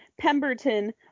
Pemberton